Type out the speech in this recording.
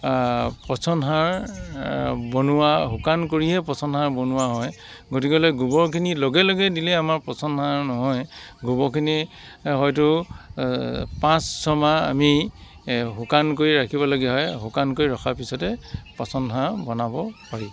পচন সাৰ বনোৱা শুকান কৰি হে পচন সাৰ বনোৱা হয় গতিকেলৈ গোবৰখিনি লগে লগে দিলে আমাৰ পচন সাৰ নহয় গোবৰখিনি হয়তো পাঁচ ছমাহ আমি শুকানকৈ ৰাখিবলগীয়া হয় শুকানকৈ ৰখাৰ পিছতহে পচন সাৰ বনাব পাৰি